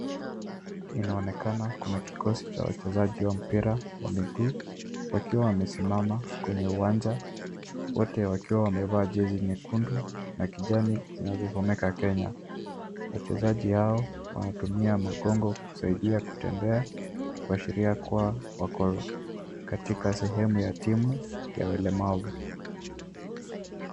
Inaonekana kuna kikosi cha wachezaji wa mpira wa miguu wakiwa wamesimama kwenye uwanja wote wakiwa wamevaa jezi nyekundu na kijani zinazosomeka Kenya. Wachezaji hao wanatumia makongo kusaidia kutembea, kuashiria kuwa wako katika sehemu ya timu ya walemavu.